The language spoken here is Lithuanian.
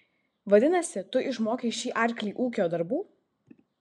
vadinasi tu išmokei šį arklį ūkio darbų